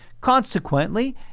Consequently